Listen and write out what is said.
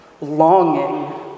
Longing